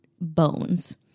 bones